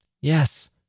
Yes